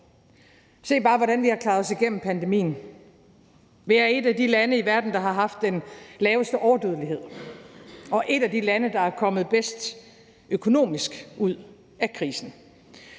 Se bare, hvordan vi har klaret os gennem pandemien. Vi er et af de lande i verden, der har haft den laveste overdødelighed, og et af de lande, der er kommet økonomisk bedst ud af krisen.